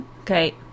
Okay